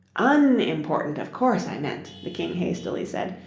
unimportant, of course, i meant the king hastily said,